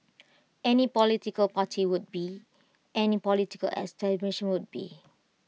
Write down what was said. any political party would be any political establishment would be